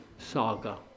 saga